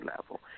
level